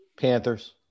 Panthers